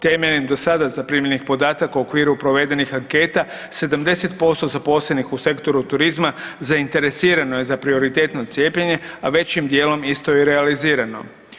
Temeljem do sada zaprimljenih podataka u okviru provedenih anketa 70% zaposlenih u sektoru turizma zainteresirano je za prioritetno cijepljenje, a većim dijelom isto je i realizirano.